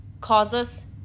Causes